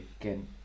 again